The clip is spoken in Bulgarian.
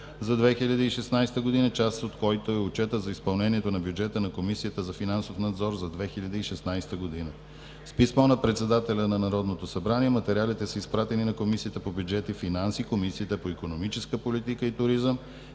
за 2016 г., част от който е и Отчетът за изпълнението на бюджета на Комисията за финансов надзор за 2016 г. С писмо на председателя на Народното събрание материалите са изпратени на Комисията по бюджет и финанси, Комисията по икономическа политика и туризъм